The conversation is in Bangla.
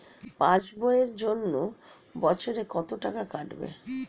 পাস বইয়ের জন্য বছরে কত টাকা কাটবে?